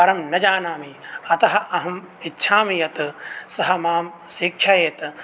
परं न जानामि अतः अहम् इच्छामि यत् सः मां शिक्षयेत्